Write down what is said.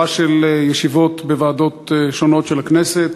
של ישיבות בוועדות שונות של הכנסת,